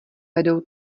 vedou